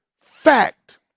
fact